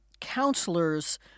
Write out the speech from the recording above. counselors